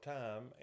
time